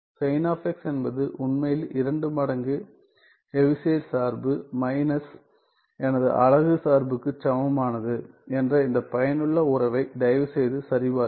sign of x என்பது உண்மையில் இரண்டு மடங்கு ஹெவிசைட் சார்பு மைனஸ் எனது அலகு சார்புக்கு சமமானது என்ற இந்த பயனுள்ள உறவை தயவுசெய்து சரிபார்க்கவும்